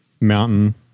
Mountain